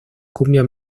cumbia